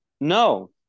No